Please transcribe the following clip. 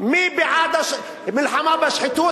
מי בעד המלחמה בשחיתות,